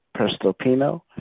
Prestopino